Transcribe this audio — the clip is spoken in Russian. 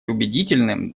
убедительным